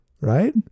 right